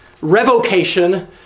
revocation